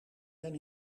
zijn